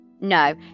no